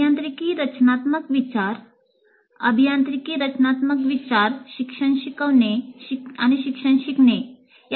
अभियांत्रिकी रचनात्मक विचार अभियांत्रिकी रचनात्मक विचार शिक्षण शिकवणे आणि शिक्षण शिकणे httpwww